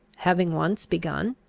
having once begun?